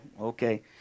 Okay